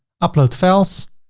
upload files,